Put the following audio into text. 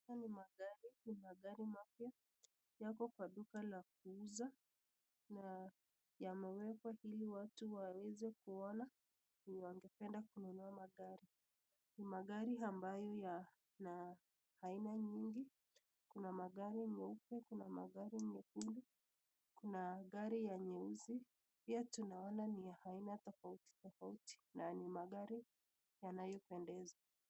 Haya ni magari, magari mapya yako kwa duka la kuuza na yamewekwa ili watu waweze kuona juu wangependa kununua magari, ni magari ambayo ya na aina nyingi kuna magari meupe kuna magari mekundu kuna gari ya nyeusi pia tunaona ni ya aina tofauti tofauti na ni magari yanayopendeza.